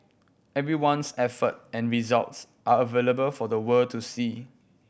everyone's effort and results are available for the world to see